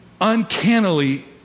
uncannily